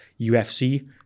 UFC